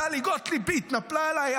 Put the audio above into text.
טלי גוטליב התנפלה עליי.